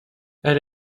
elle